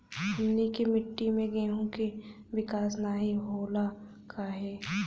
हमनी के मिट्टी में गेहूँ के विकास नहीं होला काहे?